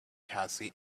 cassie